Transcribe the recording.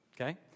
Okay